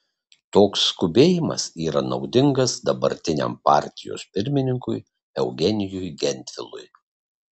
toks skubėjimas yra naudingas dabartiniam partijos pirmininkui eugenijui gentvilui